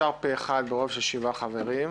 אושר פה-אחד ברוב של שבעה חברים.